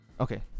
Okay